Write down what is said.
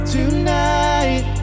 Tonight